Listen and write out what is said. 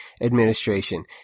administration